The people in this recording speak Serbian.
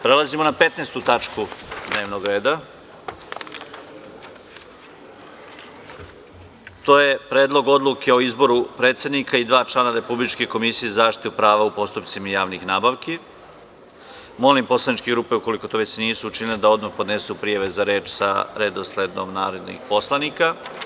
Prelazimo na 15. tačku dnevnog reda - PREDLOG ODLUKE O IZBORU PREDSEDNIKA I DVA ČLANA REPUBLIČKE KOMISIJE ZA ZAŠTITU PRAVA U POSTUPCIMA JAVNIH NABAVKI Molim poslaničke grupe, ukoliko to već nisu učinile, da odmah podnesu prijave za reč sa redosledom narodnih poslanika.